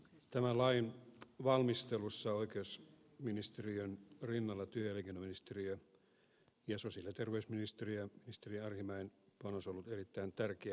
tämän lain valmistelussa oikeusministeriön rinnalla työ ja elinkeinoministeriön sosiaali ja terveysministeriön ja ministeri arhinmäen panos ovat olleet erittäin tärkeitä